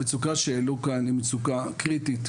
המצוקה שהעלו כאן היא מצוקה קריטית,